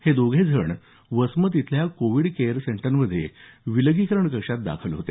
हे दोघेही जण वसमत इथल्या कोविड केअर सेंटरमध्ये विलगीकरण कक्षात दाखल होते